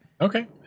Okay